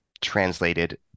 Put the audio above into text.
translated